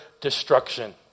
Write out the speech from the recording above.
destruction